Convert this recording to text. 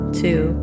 two